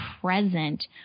present